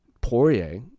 Poirier